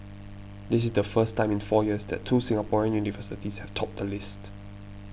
this is the first time in four years that two Singaporean universities have topped the list